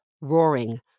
roaring